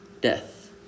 Death